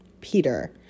Peter